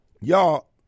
y'all